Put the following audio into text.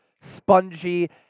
spongy